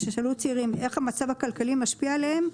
כששאלו צעירים איך המצב הכלכלי משפיע עליהם?